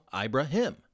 Ibrahim